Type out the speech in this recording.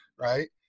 right